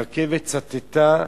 הרכבת סטתה,